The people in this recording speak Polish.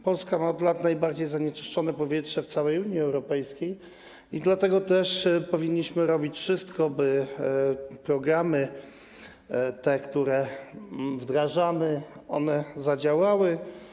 Polska ma od lat najbardziej zanieczyszczone powietrze w całej Unii Europejskiej i dlatego też powinniśmy robić wszystko, by te programy, które wdrażamy, zadziałały.